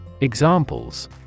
Examples